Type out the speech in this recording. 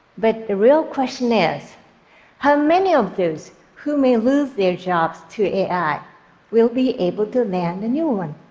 but the real question is how many of those who may lose their jobs to ai will be able to land a new one,